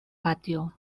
patio